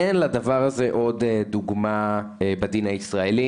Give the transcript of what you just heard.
אין לדבר הזה עוד דוגמה בדין הישראלי,